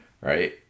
right